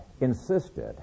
Insisted